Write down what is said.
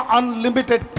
unlimited